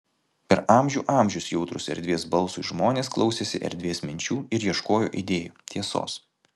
per amžių amžius jautrūs erdvės balsui žmonės klausėsi erdvės minčių ir ieškojo idėjų tiesos